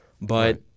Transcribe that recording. but-